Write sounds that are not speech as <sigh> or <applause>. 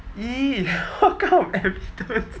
!ee! what kind of evidence <laughs>